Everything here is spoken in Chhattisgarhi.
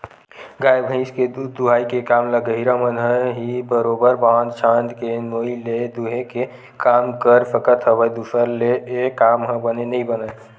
गाय भइस के दूद दूहई के काम ल गहिरा मन ह ही बरोबर बांध छांद के नोई ले दूहे के काम कर सकत हवय दूसर ले ऐ काम ह बने नइ बनय